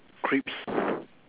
crisps